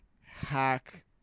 hack